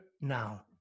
now